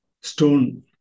stone